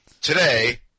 today